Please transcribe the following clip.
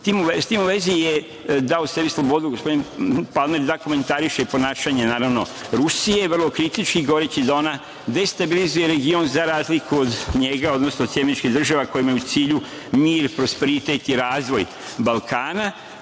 tim u vezi je dao sebi slobodu gospodin Palmer da komentariše ponašanje Rusije vrlo kritično, govoreći da ona destabilizuje region za razliku od njega, odnosno SAD kojima je u cilju mir, prosperitet i razvoj Balkana